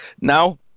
Now